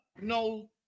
no